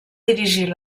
dirigir